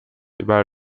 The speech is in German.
über